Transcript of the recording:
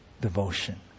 devotion